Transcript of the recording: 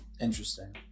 interesting